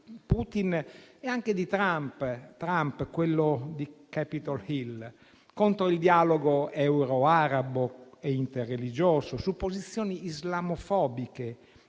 Putin e anche di Trump, quello di Capitol Hill, contro il dialogo euro-arabo e interreligioso, su posizioni islamofobiche.